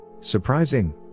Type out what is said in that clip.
Surprising